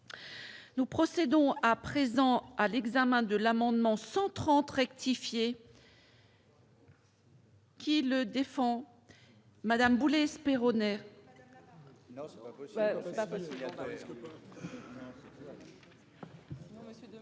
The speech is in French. Nous procédons à présent à l'examen de l'amendement 130 rectifier. Qui le défend Madame Boulet s'Peyronnet.